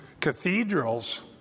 cathedrals